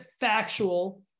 factual